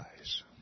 eyes